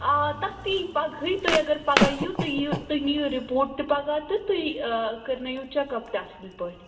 آ تَتھ تہِ یی پَگہٕے تُہۍ اَگر پگاہ یِیُو تُہۍ یِیُو تُہۍ نِیُو رِپورٹ تہٕ پگاہ تہِ تُہۍ کرٕنٲیُو چَک اَپ تہِ اَصٕل پٲٹھۍ